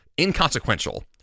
inconsequential